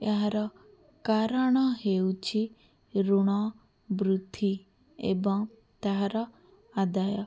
ଏହାର କାରଣ ହେଉଛି ଋଣ ବୃଦ୍ଧି ଏବଂ ତାହାର ଆଦାୟ